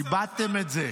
איבדתם את זה.